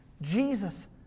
Jesus